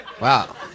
Wow